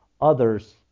others